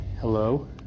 Hello